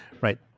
right